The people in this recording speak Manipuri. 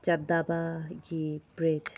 ꯆꯥꯗꯕꯒꯤ ꯕ꯭ꯔꯤꯠ